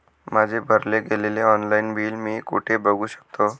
माझे भरले गेलेले ऑनलाईन बिल मी कुठे बघू शकतो?